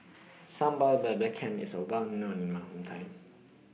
Sambal Belacan IS Well known in My Hometown